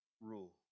rule